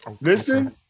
Listen